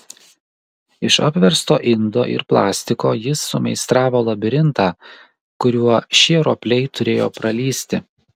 iš apversto indo ir plastiko jis sumeistravo labirintą kuriuo šie ropliai turėjo pralįsti